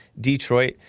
Detroit